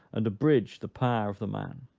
and abridge the power of the man.